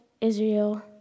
Israel